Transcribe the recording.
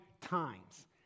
times